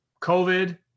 COVID